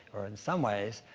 or in some ways,